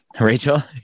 Rachel